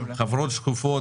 חברות שקופות,